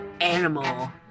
animal